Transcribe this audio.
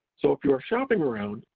so if you're shopping around,